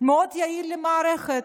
מאוד יעיל למערכת.